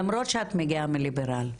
למרות שאת מגיעה מ"ליברל".